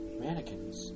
mannequins